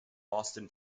boston